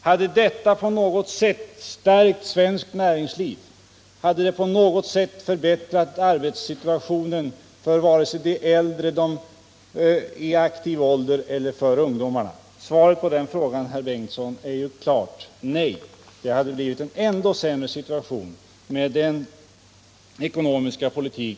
Hade detta på något sätt stärkt svenskt näringsliv, och hade det på något sätt förbättrat arbetssituationen för de äldre, för de personer som är i aktiv ålder eller för ungdomarna? Svaret på den frågan, herr Bengtsson, är ett klart nej. Det hade blivit en ännu större arbetslöshet med er ekonomiska politik.